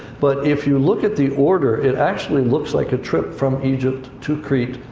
but if you look at the order, it actually looks like a trip from egypt to crete,